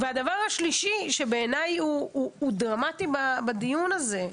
הדבר השלישי שבעיניי הוא דרמטי בדיון הזה,